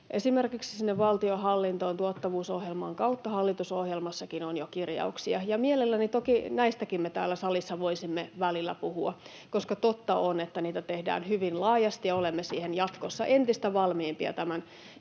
Esimerkiksi sinne valtionhallintoon tuottavuusohjelman kautta hallitusohjelmassakin on jo kirjauksia. Mielellään toki näistäkin me täällä salissa voisimme välillä puhua, koska totta on, että niitä tehdään hyvin laajasti, ja olemme siihen jatkossa entistä valmiimpia tämän